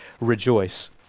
rejoice